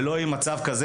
ולא עם מצב כזה